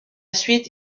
suite